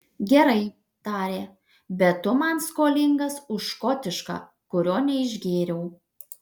gerai tarė bet tu man skolingas už škotišką kurio neišgėriau